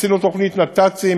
עשינו תוכנית נת"צים,